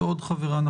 ועוד חברה.